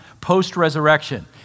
post-resurrection